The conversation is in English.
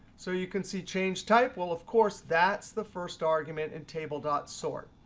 so you can see change type. well, of course, that's the first argument in table dot sort.